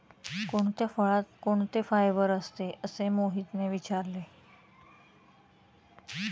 कोणत्या फळात कोणते फायबर असते? असे मोहितने विचारले